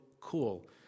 cool